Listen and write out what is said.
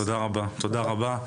תודה רבה.